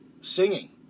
singing